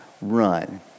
run